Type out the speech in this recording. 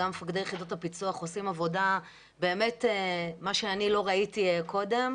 גם מפקדי יחידת הפיצו"ח עושים עבודה באמת מה שאני לא ראיתי קודם,